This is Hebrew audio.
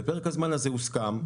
בפרק הזמן הזה הוסכם,